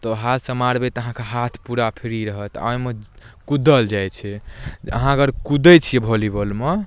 तऽ हाथसँ मारबै तऽ अहाँके हाथ पूरा फ्री रहत आओर ओइमे कुदल जाइ छै अहाँ अगर कुदै छियै वॉलीबॉलमे